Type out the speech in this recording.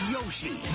Yoshi